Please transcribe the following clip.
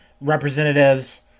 representatives